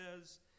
says